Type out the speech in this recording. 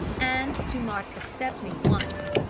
and to marcus stepney once.